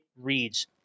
reads